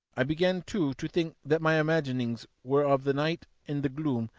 i began, too, to think that my imaginings were of the night, and the gloom,